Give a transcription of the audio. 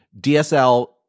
DSL